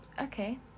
Okay